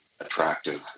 attractive